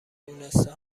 دونسته